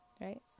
right